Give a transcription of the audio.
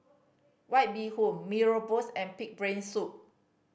White Bee Hoon Mee Rebus and pig brain soup